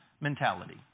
mentality